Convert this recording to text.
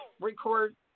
record